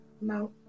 mount